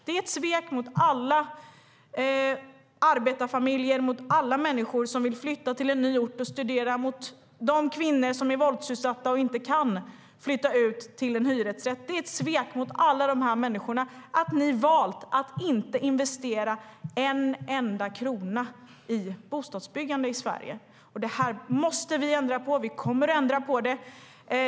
Det är ett svek mot alla arbetarfamiljer, mot alla människor som vill flytta till en ny ort och studera och mot de kvinnor som är våldsutsatta och inte kan flytta ut till en hyresrätt. Det är ett svek mot alla de människorna att ni har valt att inte investera en enda krona i bostadsbyggande i Sverige.Det måste vi ändra på. Vi kommer att ändra på det.